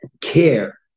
care